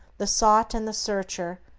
the sought and the searcher,